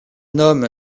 homme